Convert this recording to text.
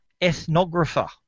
ethnographer